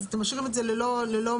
אז אתם משאירים את זה ללא מועדים.